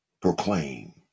proclaim